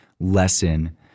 lesson